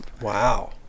Wow